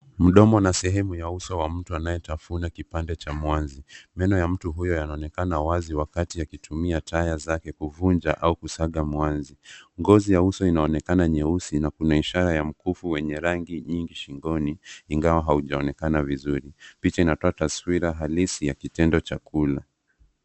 Mdomo na sehemu ya uso wa mtu anayetafuna kipande cha mwanzi. Meno ya mtu huyo yanaonekana wazi wakati akitumia taya zake kuvunja au kusaga mwanzi. Ngozi ya uso inaonekana nyeusi na kuna ishara ya mkufu wenye rangi nyingi shingoni ingawa haujaonekana vizuri. Picha inatoa taswira halisi ya kitendo cha kula.